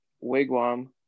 Wigwam